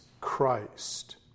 Christ